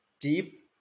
deep